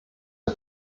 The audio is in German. der